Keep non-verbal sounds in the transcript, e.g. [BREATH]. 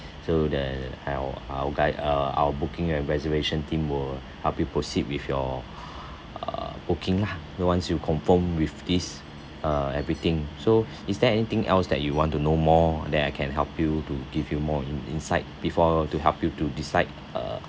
so the I'll I'll guide uh our booking and reservation team will help you proceed with your [BREATH] uh booking lah ones you confirm with this uh everything so is there anything else that you want to know more that I can help you to give you more in inside before to help you to decide uh